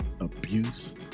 abuse